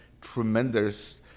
tremendous